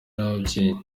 n’ababyeyi